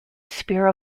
spear